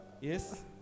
Yes